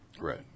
Right